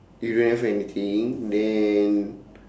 you don't have anything then